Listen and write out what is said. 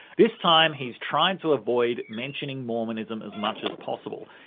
this time he's tried to avoid mentioning mormonism as much as possible.